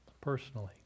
personally